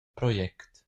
project